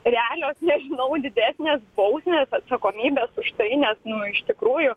realios nežinau didesnės bausmės atsakomybės už tai nes nu iš tikrųjų